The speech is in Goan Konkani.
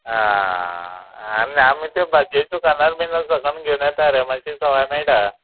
आं आनी आमी त्यो भाजी दुकानार बीन सक घेवन येता रे मात्शी सवाय मेळटा